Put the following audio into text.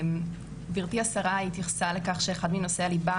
גבירתי השרה התייחסה לכך שאחד מנושאי הליבה